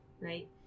right